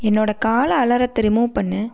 என்னோடய கால அலாரத்தை ரிமூவ் பண்ணு